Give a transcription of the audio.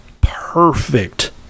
perfect